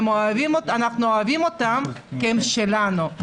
אנחנו אוהבים אותם כי הם שלנו.